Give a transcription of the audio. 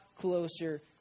closer